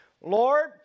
Lord